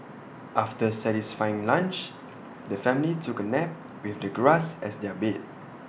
after their satisfying lunch the family took A nap with the grass as their bed